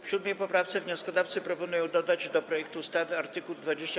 W 7. poprawce wnioskodawcy proponują dodać do projektu ustawy art. 24a.